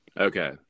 Okay